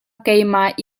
keimah